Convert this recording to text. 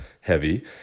heavy